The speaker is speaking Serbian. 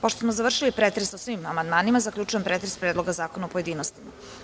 Pošto smo završili pretres amandmanima zaključujem pretres Predloga zakona u pojedinostima.